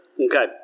Okay